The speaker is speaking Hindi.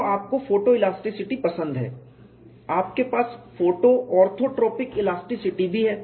तो आपको फोटोइलास्टिसिटी पसंद है आपके पास फोटो ऑर्थोट्रोपिक इलास्टिसिटी भी है